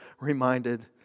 reminded